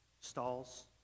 Stalls